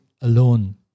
alone